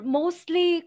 mostly